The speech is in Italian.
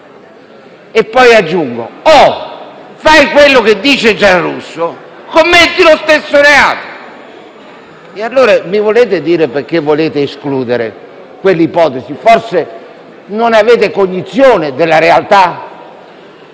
poi aggiunge che, se si fa quello che dice il senatore Giarrusso, si commette lo stesso reato. E allora mi volete dire perché volete escludere quell'ipotesi? Forse non avete cognizione della realtà.